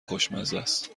خوشمزست